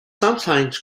sometimes